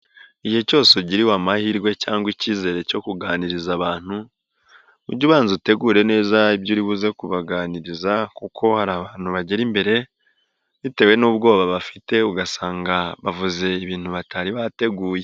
Igihe cyose ugiriwe amahirwe cyangwa icyizere cyo kuganiriza abantu, ujye ubanza utegure neza ibyo uribuze kubaganiriza kuko hari abantu bagera imbere bitewe n'ubwoba bafite ugasanga bavuze ibintu batari bateguye.